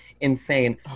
insane